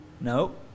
No